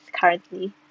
currently